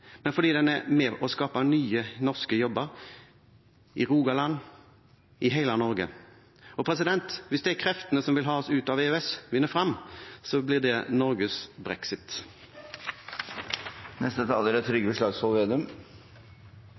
men fordi den er med og skaper nye norske jobber – i Rogaland og i hele Norge. Hvis de kreftene som vil ha oss ut av EØS, vinner frem, blir det Norges brexit. Vi er